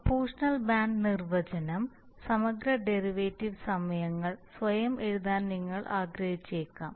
proportional band നിർവചനം സമഗ്ര derivative സമയങ്ങൾ സ്വയം എഴുതാൻ നിങ്ങൾ ആഗ്രഹിച്ചേക്കാം